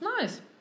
Nice